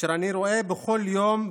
לצורך הדגמה,